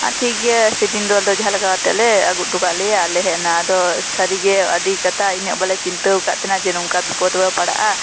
ᱴᱷᱤᱠ ᱜᱮᱭᱟ ᱥᱮᱫᱤᱱ ᱫᱚ ᱡᱟᱦᱟᱸ ᱞᱮᱠᱟ ᱠᱟᱛᱮᱫ ᱞᱮ ᱟᱹᱜᱩ ᱚᱴᱚ ᱠᱟᱫ ᱞᱮᱭᱟ ᱟᱨ ᱞᱮ ᱦᱮᱡ ᱮᱱᱟ ᱟᱫᱚ ᱥᱟᱹᱨᱤ ᱜᱮ ᱟᱹᱰᱤ ᱠᱟᱛᱷᱟ ᱤᱱᱟᱹᱜ ᱵᱚᱞᱮ ᱪᱤᱱᱛᱟᱹ ᱟᱠᱟᱫ ᱛᱟᱦᱮᱱᱟ ᱱᱚᱝᱠᱟ ᱵᱤᱯᱚᱫᱽ ᱨᱮᱵᱚ ᱯᱟᱲᱟᱜᱼᱟ